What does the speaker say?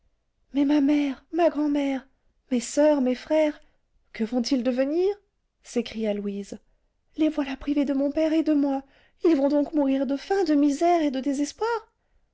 mais ma mère ma grand'mère mes soeurs mes frères que vont-ils devenir s'écria louise les voilà privés de mon père et de moi ils vont donc mourir de faim de misère et de désespoir